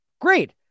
Great